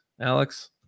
Alex